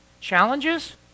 challenges